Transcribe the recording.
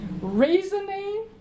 Reasoning